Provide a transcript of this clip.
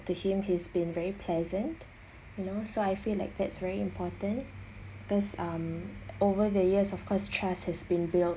to him he's been very pleasant you know so I feel like that's very important because um over the years of course trust has been built